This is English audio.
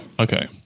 Okay